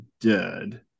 dead